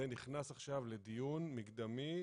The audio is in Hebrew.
זה נכנס עכשיו לדיון מקדמי,